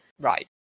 right